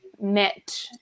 met